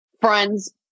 Friends